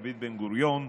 דוד בן-גוריון,